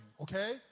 okay